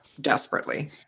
desperately